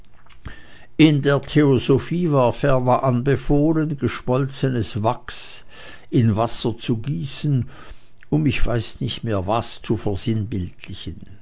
in der theosophie war ferner anbefohlen geschmolzenes wachs in wasser zu gießen um ich weiß nicht mehr was zu versinnbildlichen